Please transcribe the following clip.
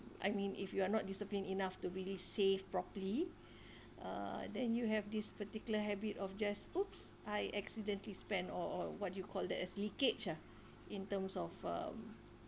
I mean if you're not disciplined enough to really save properly uh then you have this particular habit of just !oops! I accidentally spent or or what do you call that as leakage ah in terms of um